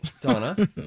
Donna